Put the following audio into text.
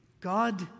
God